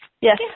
Yes